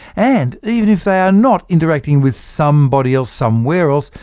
and even if they are not interacting with somebody else somewhere else,